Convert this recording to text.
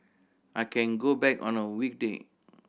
I can go back on a weekday